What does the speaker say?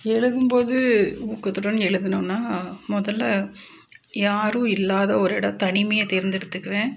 எழுதும்போது ஊக்கத்துடன் எழுதுனுனா முதல்ல யாரும் இல்லாத ஒரு எடம் தனிமையை தேர்ந்தெடுத்துக்குவேன்